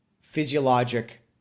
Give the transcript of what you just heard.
physiologic